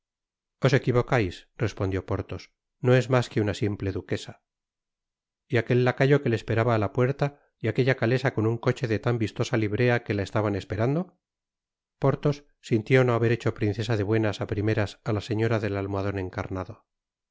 os equivocais respondió porthos no es mas que una simple duquesa y aquel lacayo que le esperaba á la puerta y aquella calesa con un coche de tan vistosa librea que la estaban esperando porthos sintió no haber hecho princesa de buenas á primeras á la señora del almohadon encarnado